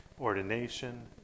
ordination